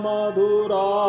Madura